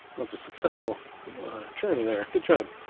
was a successful journey there. good job.